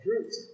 truth